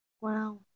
Wow